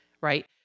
right